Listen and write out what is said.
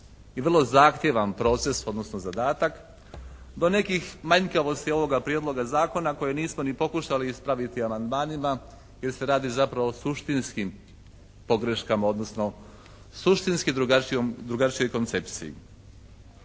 i vrlo zahtjevan proces odnosno zadatak do nekih manjkavosti ovoga prijedloga zakona koje nismo ni pokušali ispraviti amandmanima jer se radi zapravo o suštinskim pogreškama odnosno suštinski drugačijoj koncepciji.